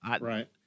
Right